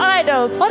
idols